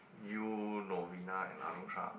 you Lovina and Anusha